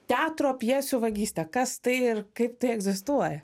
teatro pjesių vagystė kas tai ir kaip tai egzistuoja